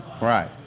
Right